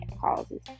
causes